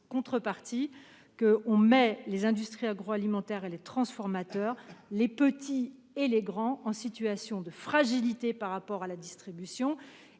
en revanche, placer les industries agroalimentaires et les transformateurs- les petits comme les grands -en situation de fragilité par rapport à la distribution.